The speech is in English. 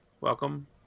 Welcome